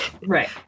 Right